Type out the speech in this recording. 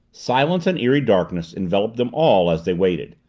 silence and eerie darkness enveloped them all as they waited.